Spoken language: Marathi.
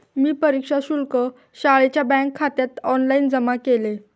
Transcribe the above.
मी परीक्षा शुल्क शाळेच्या बँकखात्यात ऑनलाइन जमा केले